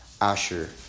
Asher